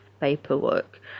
paperwork